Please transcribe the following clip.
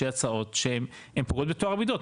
הצעות שהן פוגעות בטוהר המידות.